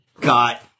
got